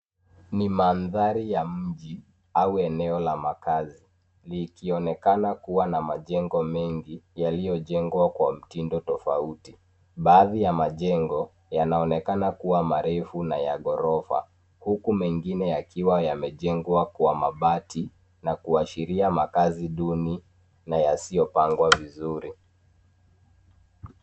Ni mandhari ya mji au eneo la makaazi, likionekana kuwa na mejengo mengi yaliyojengwa kwa mtindo tofauti. Baadhi ya majengo yanaonekana kuwa marefu na ya ghorofa, huku mengine yakiwa yamejengwa kwa mabati na kuashiria makaazi duni na yasiyopangwa vizuri.